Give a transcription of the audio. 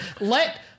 let